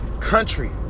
country